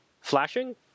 flashing